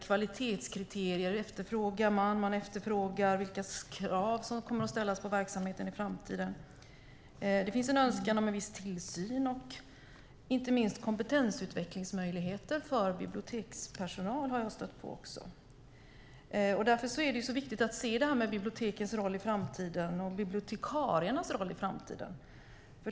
Man efterfrågar kvalitetskriterier, och man efterfrågar vilka krav som kommer att ställas på verksamheten i framtiden. Det finns en önskan om en viss tillsyn och inte minst kompetensutvecklingsmöjligheter för bibliotekspersonal. Det har jag också stött på. Därför är det viktigt att se detta med bibliotekens roll i framtiden, och bibliotekariernas roll i framtiden.